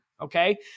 okay